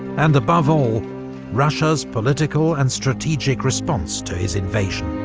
and above all russia's political and strategic response to his invasion.